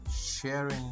sharing